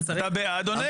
אתה בעד או נגד?